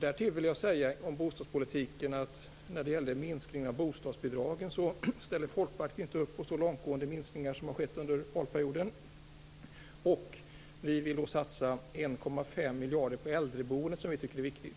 Därtill vill jag säga om bostadspolitiken att Folkpartiet inte ställer upp på så långtgående minskningar av bostadsbidragen som har skett under valperioden. Vi vill satsa 1,5 miljarder på äldreboendet. Det tycker vi är viktigt.